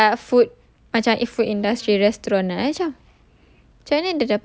habis dia kerja dekat food macam eh food industry restaurant ah I macam